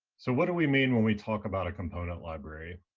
so what do we mean when we talk about a component library?